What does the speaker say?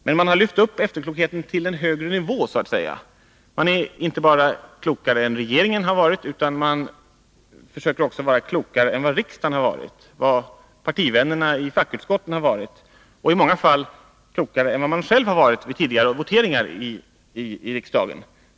Men man har lyft upp efterklokheten till en högre nivå, så att säga. Man är inte bara klokare än regeringen har varit, utan man försöker också vara klokare än vad riksdagen har varit, än vad partivännerna i fackutskotten har varit — och i många fall klokare än man själv har varit vid tidigare voteringar i riksdagen.